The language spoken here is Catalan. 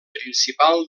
principal